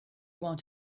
want